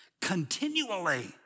continually